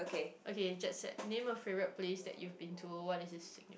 okay jet set name a favourite place that you've been to what is its significance